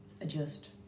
adjust